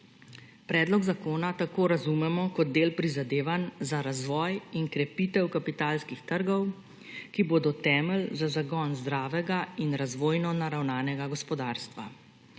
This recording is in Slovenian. Predlog zakona tako razumemo kot del prizadevanj za razvoj in krepitev kapitalskih trgov, ki bodo temelj za zagon zdravega in razvojno naravnanega gospodarstva.